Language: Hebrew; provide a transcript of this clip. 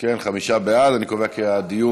ההצעה לכלול